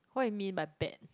what you mean by bet